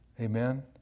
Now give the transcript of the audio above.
Amen